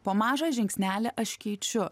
po mažą žingsnelį aš keičiu